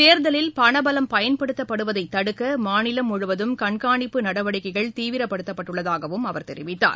தேர்தலில் பண பலம் பயன்படுத்தப்படுவதை தடுக்க மாநிலம் முழுவதும் கண்காணிப்பு நடவடிக்கைகள் தீவிரப்படுத்தப்பட்டுள்ளதாகவும் அவர் தெரிவித்தார்